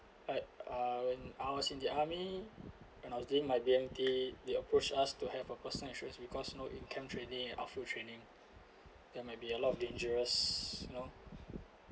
like uh when I was in the army and I was during my B_M_T they approached us to have a person insurance because you know in camp training and outfield training there might be a lot of dangerous you know